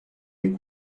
les